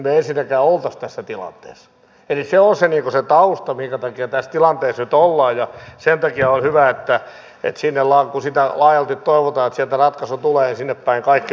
eli se on se tausta minkä takia tässä tilanteessa nyt ollaan ja sen takia olisi hyvä että sinne päin kaikki vetoaisivat kun laajalti toivotaan että sieltä ratkaisu tulee